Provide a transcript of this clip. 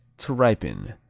to ripen.